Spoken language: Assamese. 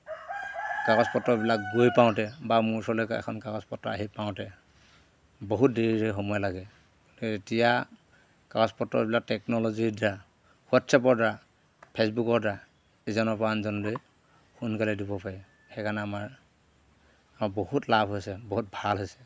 কাগজ পত্ৰবিলাক গৈ পাওঁতে বা মোৰ ওচৰলৈকে এখন কাগজ পত্ৰ আহি পাওঁতে বহুত দেৰি দেৰি সময় লাগে এতিয়া কাগজ পত্ৰবিলাক টেকন'লজিৰ দ্বাৰা হোৱাটছএপৰ দ্বাৰা ফেচবুকৰ দ্বাৰা ইজনৰ পৰা আনজনলৈ সোনকালে দিব পাৰে সেইকাৰণে আমাৰ বহুত লাভ হৈছে বহুত ভাল হৈছে